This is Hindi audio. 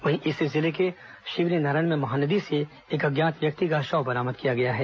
वहीं इसी जिले के शिवरीनारायण में महानदी सें एक अज्ञात व्यक्ति का शव बरामद हुआ है